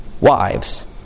wives